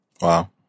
Wow